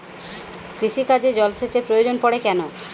কৃষিকাজে জলসেচের প্রয়োজন পড়ে কেন?